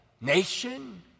nation